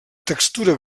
textura